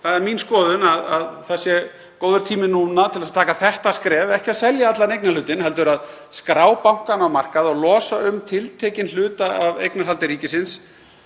Það er mín skoðun að nú sé góður tími til að stíga þetta skref, ekki að selja allan eignarhlutinn heldur að skrá bankann á markað, losa um tiltekinn hluta af eignarhaldi ríkisins